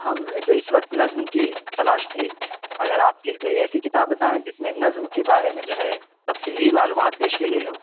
ہم نے تو اس وقت نظم کی تلاش تھی اگر آپ کی کوئی ایسی کتاب بتائیں جس میں نظم کے بارے میں جو ہے تفصیلی معلومات پیش کی گئی ہو